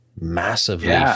massively